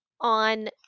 on